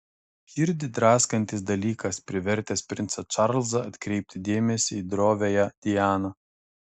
širdį draskantis dalykas privertęs princą čarlzą atkreipti dėmesį į droviąją dianą